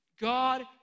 God